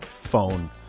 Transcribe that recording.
phone